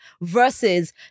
versus